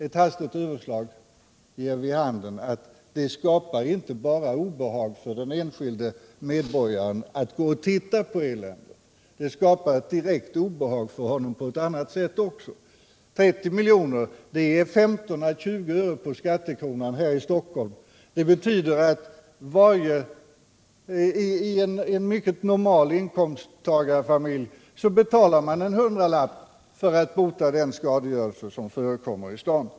Ett hastigt överslag ger vid handen att det inte bara skapar obehag för den enskilde medborgaren att titta på eländet, utan att det skapar ett direkt obehag för honom eller henne också på ett annat sätt. 30 milj.kr. motsvarar en förhöjning med 15 å 20 öre per skattekrona här i Stockholm. Det betyder att man i en normal inkomsttagarfamilj betalar en hundralapp extra för att bota den skadegörelse som förekommer i staden.